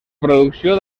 producció